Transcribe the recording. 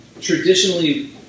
traditionally